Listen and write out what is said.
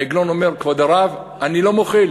העגלון אומר, כבוד הרב, אני לא מוחל.